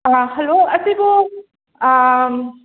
hello ꯑꯁꯤꯕꯨ